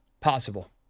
possible